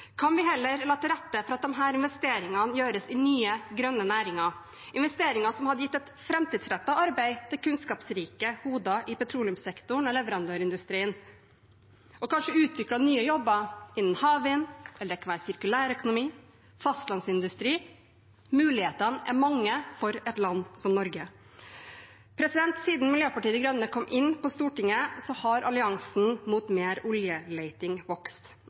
vi heller la til rette for at disse investeringene gjøres i nye, grønne næringer, investeringer som hadde gitt et framtidsrettet arbeid til kunnskapsrike hoder i petroleumssektoren og leverandørindustrien, og kanskje utviklet nye jobber innen havvind, sirkulærøkonomi eller fastlandsindustri? Mulighetene er mange for et land som Norge. Siden Miljøpartiet De Grønne kom inn på Stortinget, har alliansen mot mer oljeleting vokst.